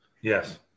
Yes